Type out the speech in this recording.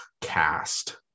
Cast